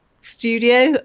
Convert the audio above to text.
Studio